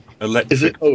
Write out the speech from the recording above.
Electric